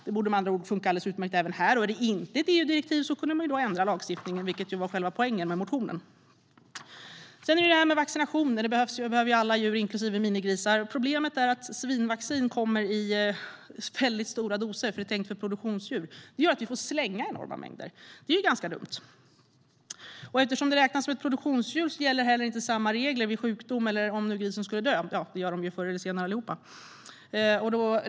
Det borde med andra ord fungera alldeles utmärkt även här. Och är det inte ett EU-direktiv kunde man ändra lagstiftningen, vilket var poängen med motionen. Sedan gäller det vaccinationen. Det behöver alla djur inklusive minigrisar. Problemet är att svinvaccin kommer i väldigt stora doser, för det är tänkt för produktionsdjur. Det gör att vi får slänga enorma mängder vaccin, och det är ganska dumt. Eftersom minigrisen räknas som ett produktionsdjur gäller heller inte samma regler vid sjukdom eller om något djur skulle dö, vilket de ju gör allihop förr eller senare.